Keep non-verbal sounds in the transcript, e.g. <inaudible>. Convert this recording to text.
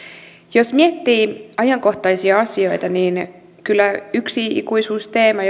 jos miettii ajankohtaisia asioita niin kyllä yksi ikuisuusteema <unintelligible>